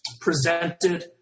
presented